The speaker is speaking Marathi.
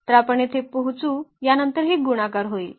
तर आपण येथे पोहोचू या नंतर हे गुणाकार होईल